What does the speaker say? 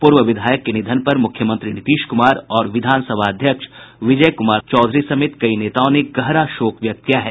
पूर्व विधायक के निधन पर मुख्यमंत्री नीतीश कुमार और विधानसभा अध्यक्ष विजय कुमार चौधरी समेत कई नेताओं ने गहरा शोक व्यक्त किया है